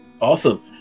awesome